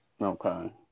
Okay